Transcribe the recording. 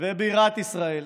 ובירת ישראל.